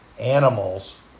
Animals